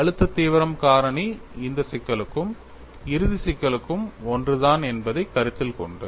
அழுத்த தீவிரம் காரணி இந்த சிக்கலுக்கும் இறுதி சிக்கலுக்கும் ஒன்று தான் என்பதை கருத்தில் கொண்டு